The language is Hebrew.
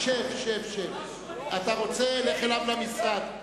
אתה רוצה, לך אליו למשרד.